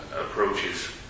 approaches